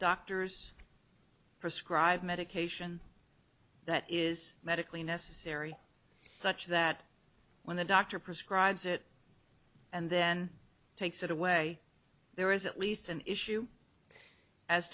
doctors prescribe medication that is medically necessary such that when the doctor prescribes it and then takes it away there is at least an issue as